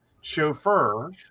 chauffeur